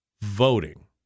voting